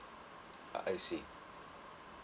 I see